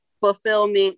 fulfillment